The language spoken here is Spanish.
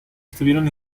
estuvieron